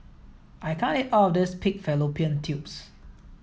I can't eat all of this pig Fallopian tubes